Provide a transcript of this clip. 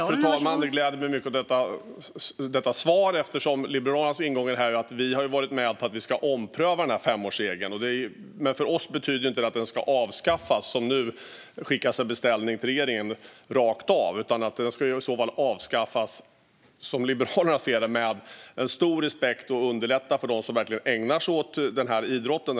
Fru talman! Jag gläder mig mycket över svaret. Liberalernas ingång i detta är en omprövning av femårsregeln. För oss betyder inte det att den ska avskaffas. Nu skickas ju en rak beställning om det till regeringen. Som Liberalerna ser det ska detta avskaffas med stor respekt, och det ska göras på ett sätt som underlättar för dem som ägnar sig åt den här sporten.